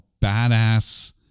badass